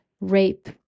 rape